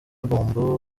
bombo